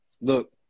look